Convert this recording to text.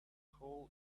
hole